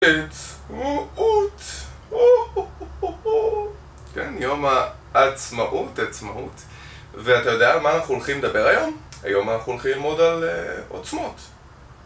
עצמאות הו הו הו הו כן יום העצמאות עצמאות ואתה יודע על מה אנחנו הולכים לדבר היום? היום אנחנו הולכים ללמוד על עוצמות